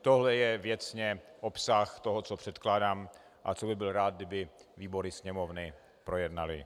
Tohle je věcně obsah toho, co předkládám a co bych byl rád, kdyby výbory Sněmovny projednaly.